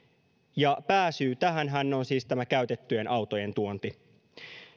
ja pääsyy tähänhän on siis tämä käytettyjen autojen tuonti